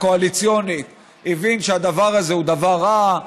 הקואליציונית הבין שהדבר הזה הוא דבר רע,